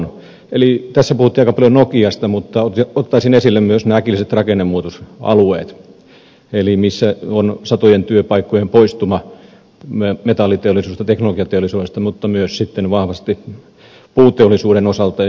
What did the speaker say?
tässä puhuttiin aika paljon nokiasta mutta ottaisin esille myös nämä äkilliset rakennemuutosalueet missä on satojen työpaikkojen poistuma metalliteollisuudesta teknologiateollisuudesta mutta myös vahvasti puuteollisuuden osalta